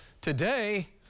today